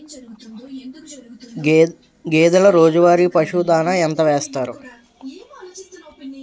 గేదెల రోజువారి పశువు దాణాఎంత వేస్తారు?